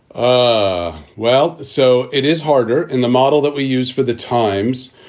ah well, so it is harder in the model that we use for the times.